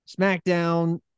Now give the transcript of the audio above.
SmackDown